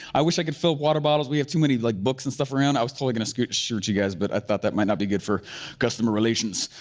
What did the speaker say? i wish i could fill water bottles, we have too many like books and stuff around. i was totally gonna shoot shoot you guys, but i thought that might not be good for customer relations.